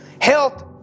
health